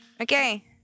Okay